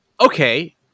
okay